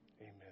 Amen